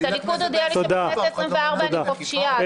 זאת אומרת שהליכוד הודיע לי שבכנסת העשרים-וארבע אני חופשיה,